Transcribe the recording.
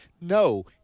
No